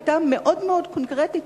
היתה מאוד מאוד קונקרטית,